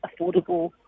affordable